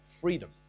freedom